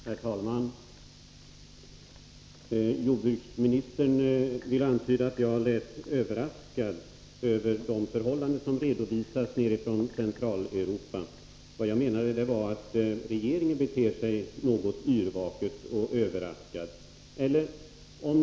Herr talman! Jordbruksministern vill antyda att jag lät överraskad över de förhållanden som redovisas från Centraleuropa. Vad jag menade var att regeringen beter sig något yrvaket och verkar överraskad.